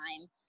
time